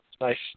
nice